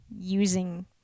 using